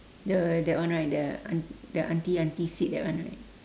the that one right the aunt~ the aunty aunty sit that one right